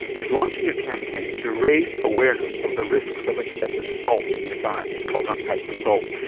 is launching a campaign to raise awareness of the risks of excessive salt in your diet. it's called unpack the salt.